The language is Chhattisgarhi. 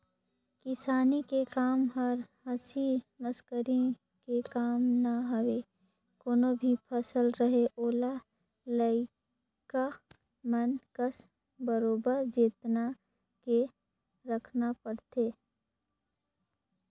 किसानी के कम हर हंसी मसकरी के काम न हवे कोनो भी फसल रहें ओला लइका मन कस बरोबर जेतना के राखना परथे